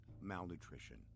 malnutrition